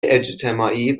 اجتماعی